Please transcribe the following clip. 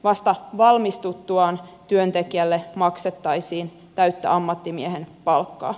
vasta valmistuttuaan työntekijälle maksettaisiin täyttä ammattimiehen palkkaa